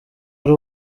ari